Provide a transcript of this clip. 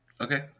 Okay